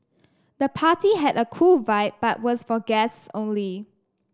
the party had a cool vibe but was for guests only